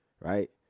right